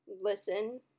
listen